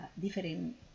different